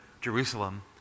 Jerusalem